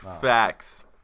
Facts